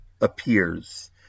appears